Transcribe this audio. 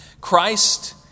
Christ